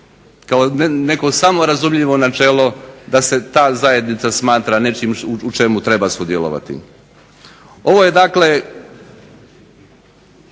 kao neko samorazumljivo načelo da se ta zajednica smatra nečim u čemu treba sudjelovati. Ovo je dakle,